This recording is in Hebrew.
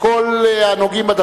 בכל מה שקשור לחוק הנוער (טיפול והשגחה).